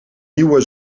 nieuwe